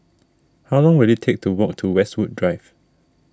how long will it take to walk to Westwood Drive